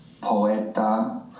poeta